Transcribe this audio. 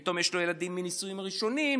פתאום יש לו ילדים מנישואים ראשונים,